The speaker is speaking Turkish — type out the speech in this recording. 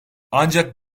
ancak